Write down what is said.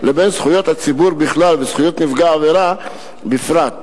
לבין זכויות הציבור בכלל וזכויות נפגע עבירה בפרט,